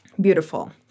Beautiful